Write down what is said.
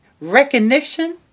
recognition